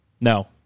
No